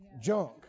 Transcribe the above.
junk